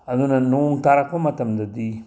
ꯑꯗꯨꯅ ꯅꯣꯡ ꯇꯥꯔꯛꯄ ꯃꯇꯝꯗꯗꯤ